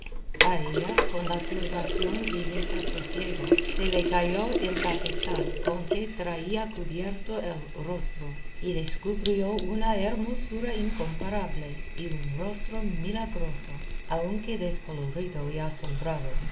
la turbación y desasosiego se le cayó el tafetán con que traía cubierto el rostro y descubrió una hermosura incomparable y un rostro milagroso aunque descolorido y asombrado